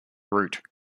route